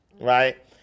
right